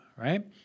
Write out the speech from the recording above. Right